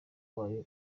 wayo